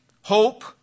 hope